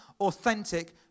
authentic